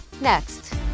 Next